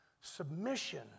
Submission